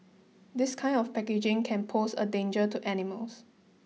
this kind of packaging can pose a danger to animals